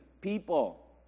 people